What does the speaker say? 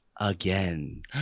again